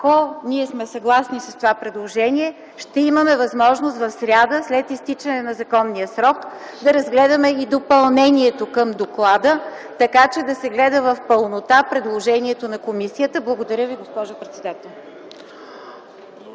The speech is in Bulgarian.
ако не сме съгласни с това предложение, ще имаме възможност в сряда, след изтичане на законовия срок, да разгледаме и допълнението към доклада, така че да се гледа в пълнота предложението на комисията. Благодаря Ви, госпожо председател.